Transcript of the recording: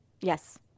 yes